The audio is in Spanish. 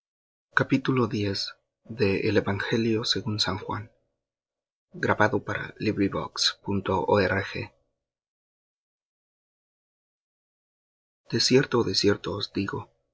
de cierto de cierto os digo